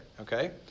okay